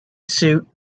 suit